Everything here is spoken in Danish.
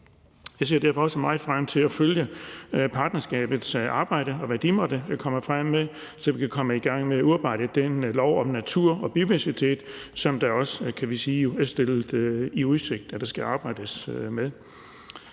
Jeg ser derfor også meget frem til at følge partnerskabets arbejde, og hvad de måtte komme frem med, så vi kan komme i gang med at udarbejde den lov om natur og biodiversitet, som vi også er stillet i udsigt der skal arbejdes med.